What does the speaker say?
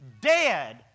dead